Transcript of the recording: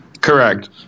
Correct